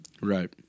Right